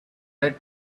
red